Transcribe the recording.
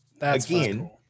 again